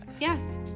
Yes